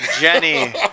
jenny